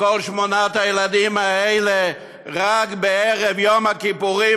מכל שמונת הילדים האלה רק בערב יום הכיפורים